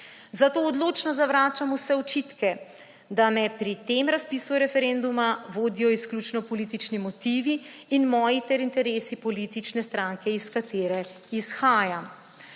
Zato odločno zavračam vse očitke, da me pri tem razpisu referenduma vodijo izključno politični motivi in moji ter interesi politične stranke, iz katere izhajam.